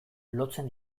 lotzen